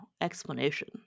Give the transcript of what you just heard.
explanation